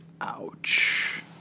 Ouch